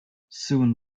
soon